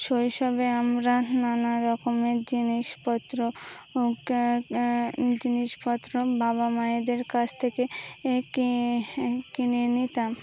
শৈশবে আমরা নানা রকমের জিনিসপত্র জিনিসপত্র বাবা মায়দের কাছ থেকে কিনে নিতাম